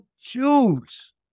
choose